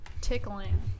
tickling